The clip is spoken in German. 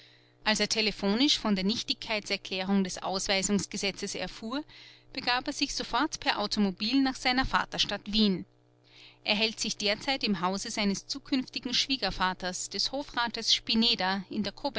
als er telephonisch von der nichtigkeitserklärung des ausweisungsgesetzes erfuhr begab er sich sofort per automobil nach seiner vaterstadt wien er hält sich derzeit im hause seines zukünftigen schwiegervaters des hofrates spineder